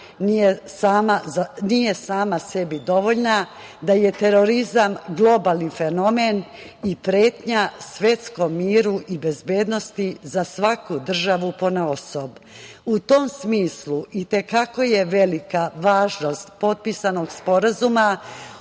nije sama sebi dovoljna, da je terorizam globalni fenomen i pretnja svetskom miru i bezbednosti za svaku državu ponaosob. U tom smislu i te kako je velika važnost potpisanog Sporazuma